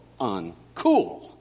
uncool